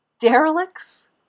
Derelicts